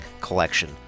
collection